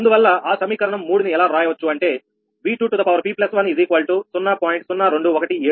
అందువల్ల ఆ సమీకరణం 3ని ఎలా రాయవచ్చు అంటే 𝑉2 𝑝1 0